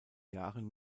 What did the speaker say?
jahren